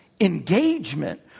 engagement